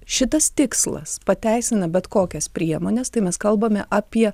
šitas tikslas pateisina bet kokias priemones tai mes kalbame apie